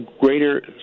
greater